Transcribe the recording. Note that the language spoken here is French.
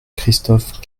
christophe